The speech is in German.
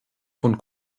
von